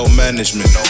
management